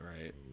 right